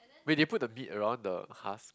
wait they put the meat around the husk